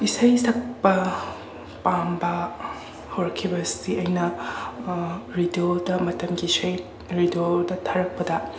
ꯏꯁꯩ ꯁꯛꯄ ꯄꯥꯝꯕ ꯍꯧꯔꯛꯈꯤꯕꯁꯤ ꯑꯩꯅ ꯔꯤꯗꯤꯑꯣꯗ ꯃꯇꯝꯒꯤ ꯏꯁꯩ ꯔꯤꯗꯤꯑꯣꯗ ꯊꯥꯔꯛꯄꯗ